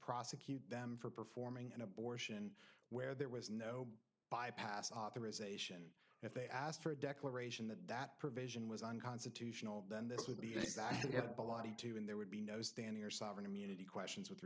prosecute them for performing an abortion where there was no bypass authorization if they asked for a declaration that that provision was unconstitutional then this would be a sad body too when there would be no standing or sovereign immunity questions with